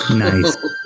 nice